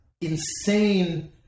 insane